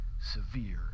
severe